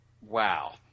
Wow